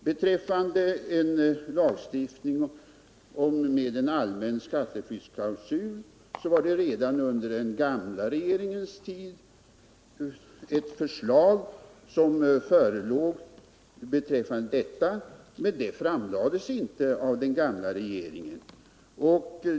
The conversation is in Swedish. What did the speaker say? Beträffande en lagstiftning med en allmän skatteflyktsklausul förelåg redan under den gamla regeringens tid ett sådant förslag, men det framlades inte av den gamla regeringen.